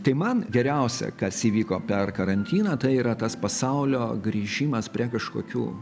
tai man geriausia kas įvyko per karantiną tai yra tas pasaulio grįžimas prie kažkokių